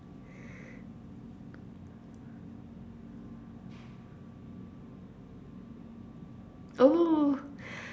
oh